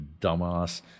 Dumbass